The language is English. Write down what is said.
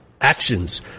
actions